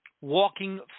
walking